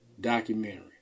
documentary